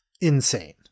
insane